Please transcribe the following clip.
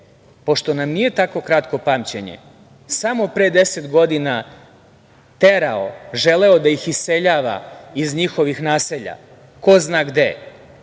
pošto nam nije tako kratko pamćenje, samo pre deset godina terao, želeo da ih iseljava iz njihovih naselja, ko zna gde,